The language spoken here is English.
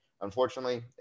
Unfortunately